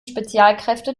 spezialkräfte